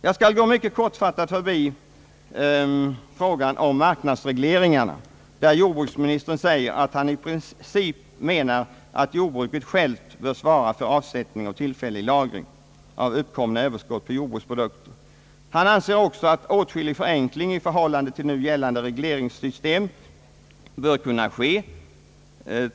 Jag skall mycket kortfattat behandla frågan om marknadsregleringarna, där jordbruksministern säger att han i princip menar att jordbruket självt bör svara för avsättning och tillfällig lagring av uppkomna överskott på jordbruksprodukter. Han anser också att åtskillig förenkling i förhållande till nu gällande regleringssystem bör kunna ske.